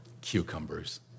Cucumbers